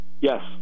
Yes